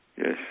Yes